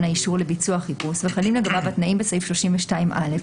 האישור לביצוע חיפוש וחלים לגביו התנאים בסעיף 32(א),